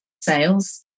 sales